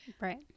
Right